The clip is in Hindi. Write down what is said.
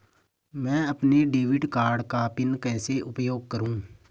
मैं अपने डेबिट कार्ड का पिन कैसे उपयोग करूँ?